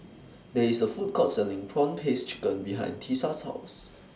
There IS A Food Court Selling Prawn Paste Chicken behind Tisa's House